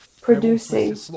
producing